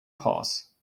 pause